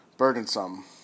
burdensome